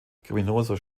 criminosos